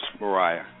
Mariah